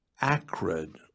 acrid